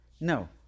No